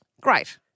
Great